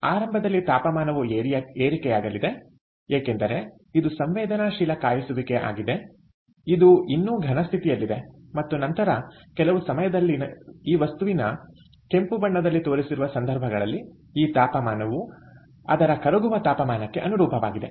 ಆರಂಭದಲ್ಲಿ ತಾಪಮಾನವು ಏರಿಕೆಯಾಗಲಿದೆ ಏಕೆಂದರೆ ಇದು ಸಂವೇದನಾಶೀಲ ಕಾಯಿಸುವಿಕೆ ಆಗಿದೆ ಇದು ಇನ್ನೂ ಘನ ಸ್ಥಿತಿಯಲ್ಲಿದೆ ಮತ್ತು ನಂತರ ಕೆಲವು ಸಮಯದಲ್ಲಿ ಈ ವಸ್ತುವಿನ ಕೆಂಪು ಬಣ್ಣದಲ್ಲಿ ತೋರಿಸಿರುವ ಸಂದರ್ಭಗಳಲ್ಲಿ ಈ ತಾಪಮಾನವು ಅದರ ಕರಗುವ ತಾಪಮಾನಕ್ಕೆ ಅನುರೂಪವಾಗಿದೆ